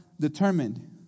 determined